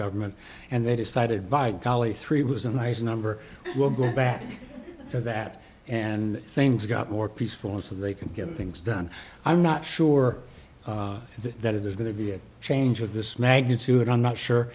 government and they decided by golly three was a nice number we'll go back to that and things got more peaceful and so they can get things done i'm not sure that that is going to be a change of this magnitude i'm not sure